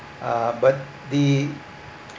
uh but the